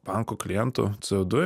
banko klientų co du